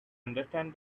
understand